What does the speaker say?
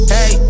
Hey